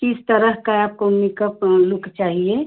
किस तरह का आपको मेकअप लुक चाहिए